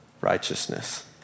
righteousness